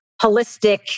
holistic